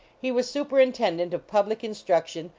he was superinten dent of public instruction,